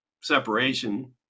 separation